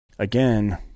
Again